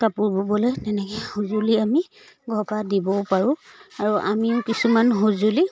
কাপোৰ ব'বলৈ তেনেকৈ সঁজুলি আমি ঘৰৰ পৰা দিবও পাৰোঁ আৰু আমিও কিছুমান সঁজুলি